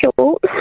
short